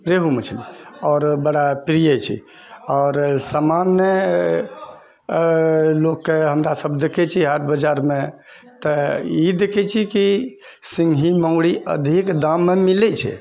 रेहू मछली आओर बड़ा प्रिय छै आओर सामान्य लोककऽ हमरासभ देखैत छी हाट बजारमे तऽ ई देखैत छी कि सिङ्गहि मुङ्गरी अधिक दाममऽ मिलैत छै